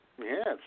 Yes